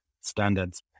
standards